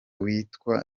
witwa